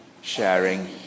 sharing